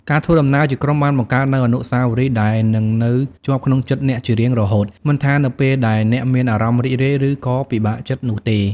ការធ្វើដំណើរជាក្រុមបានបង្កើតនូវអនុស្សាវរីយ៍ដែលនឹងនៅជាប់ក្នុងចិត្តអ្នកជារៀងរហូត មិនថានៅពេលដែលអ្នកមានអារម្មណ៍រីករាយឬក៏ពិបាកចិត្តនោះទេ។